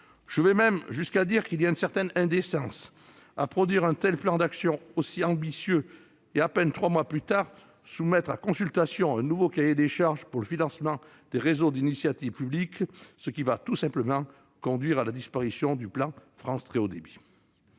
J'irai jusqu'à dire qu'il y a une certaine indécence à produire un plan d'action aussi ambitieux pour, à peine trois mois plus tard, soumettre à consultation un nouveau cahier des charges pour le financement des réseaux d'initiative publique qui conduira, tout simplement, à la disparition du plan France très haut débit.